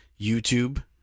YouTube